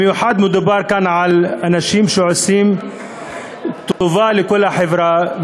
מדובר כאן בעיקר על אנשים שעושים טובה לכל החברה.